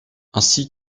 ainsi